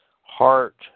heart